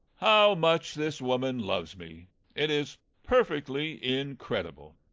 how much this woman loves me it is perfectly incredible.